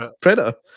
Predator